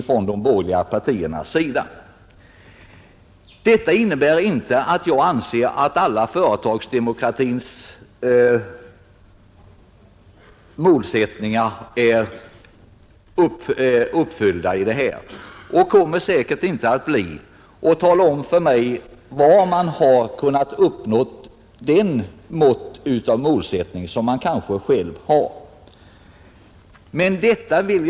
Vad jag nu har sagt innebär inte att jag anser att alla företagsdemokratiska krav är uppfyllda i denna fråga, och de kommer säkerligen inte att bli det heller. Men tala om för mig hur man skall kunna nå det mål som man kanske själv ställer upp i dessa frågor!